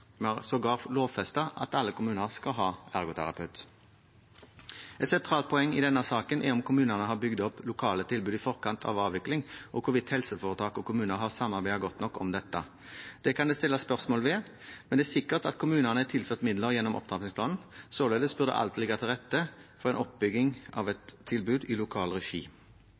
Vi har sågar lovfestet at alle kommuner skal ha ergoterapeut. Et sentralt poeng i denne saken er om kommunene har bygd opp lokale tilbud i forkant av avvikling, og hvorvidt helseforetak og kommuner har samarbeidet godt nok om dette. Det kan det stilles spørsmål ved, men det er sikkert at kommunene er tilført midler gjennom opptrappingsplanen. Således burde alt ligge til rette for en oppbygging av et tilbud i lokal regi.